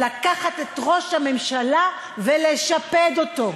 לקחת את ראש הממשלה ולשפד אותו.